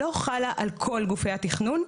לא חלה על כל גופי התכנון.